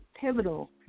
pivotal